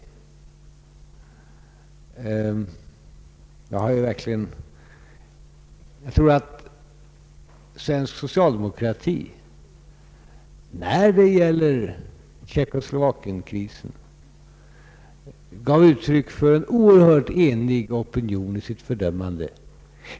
Jag tror att svensk socialdemokrati när det gäller Tjeckoslovakienkrisen gav utstryck för en oerhört enig opinion i sitt fördömande.